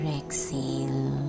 exhale